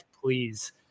please